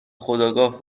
خودآگاه